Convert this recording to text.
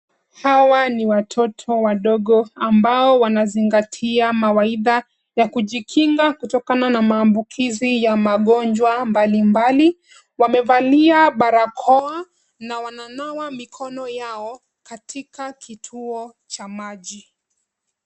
Hawa ni watoto wadogo ambao wanazingatia mawaidha ya kujikinga kutokana na maambukizi ya magonjwa mbalimbali. Wamevalia barakoa na wananawa mikono yao katika kituo cha maji.